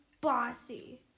bossy